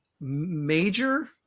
major